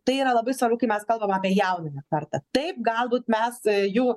tai yra labai svarbu kai mes kalbam apie jaunąją kartą taip galbūt mes jų